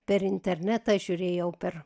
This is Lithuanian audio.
per internetą žiūrėjau per